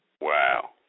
Wow